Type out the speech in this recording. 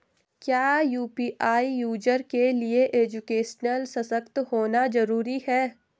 क्या UPI user के लिए एजुकेशनल सशक्त होना जरूरी है?